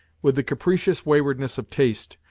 with the capricious waywardness of taste,